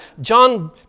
John